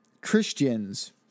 Christians